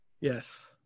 Yes